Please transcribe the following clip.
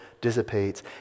dissipates